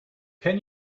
can